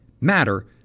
matter